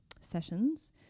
sessions